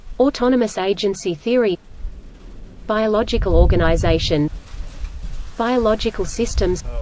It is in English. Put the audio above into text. autonomous agency theory biological organisation biological systems